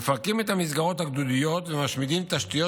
מפרקים את המסגרות הגדודיות ומשמידים תשתיות